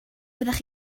byddech